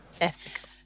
Ethical